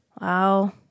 Wow